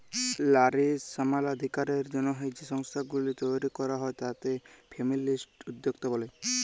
লারী সমালাধিকারের জ্যনহে যে সংস্থাগুলি তৈরি ক্যরা হ্যয় তাতে ফেমিলিস্ট উদ্যক্তা ব্যলে